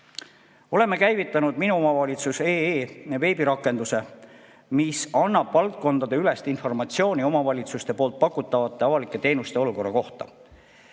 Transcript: Oleme käivitanud minuomavalitsus.fin.ee veebirakenduse, mis annab valdkondadeülest informatsiooni omavalitsuste pakutavate avalike teenuste olukorra kohta.